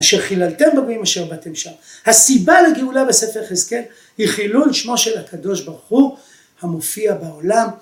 "שחיללתם בגויים אשר באתם שם", הסיבה לגאולה בספר יחזקאל, היא חילול שמו של הקדוש ברוך הוא, המופיע בעולם.